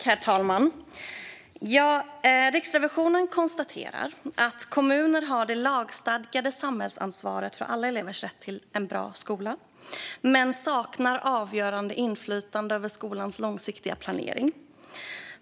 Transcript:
Herr talman! Riksrevisionen konstaterar att kommuner har det lagstadgade samhällsansvaret för alla elevers rätt till en bra skola men saknar avgörande inflytande över skolans långsiktiga planering.